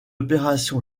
opération